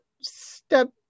step